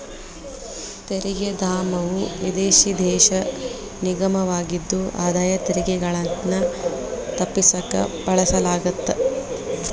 ತೆರಿಗೆ ಧಾಮವು ವಿದೇಶಿ ದೇಶ ನಿಗಮವಾಗಿದ್ದು ಆದಾಯ ತೆರಿಗೆಗಳನ್ನ ತಪ್ಪಿಸಕ ಬಳಸಲಾಗತ್ತ